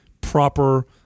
proper